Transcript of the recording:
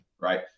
right